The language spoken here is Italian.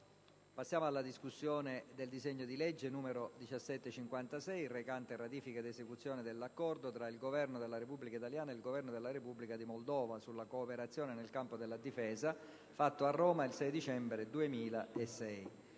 in sede di esame del disegno di legge n. 1756 «Ratifica ed esecuzione dell'Accordo tra il Governo della Repubblica italiana e il Governo della Repubblica di Moldova sulla cooperazione nel campo della difesa, fatto a Roma il 6 dicembre 2006»;